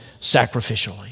sacrificially